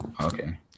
Okay